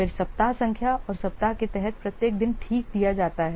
फिर सप्ताह संख्या और सप्ताह के तहत प्रत्येक दिन ठीक दिया जाता है